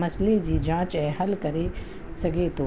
मसले जी जांच ऐं हल करे सघे थो